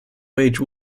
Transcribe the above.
wage